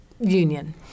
union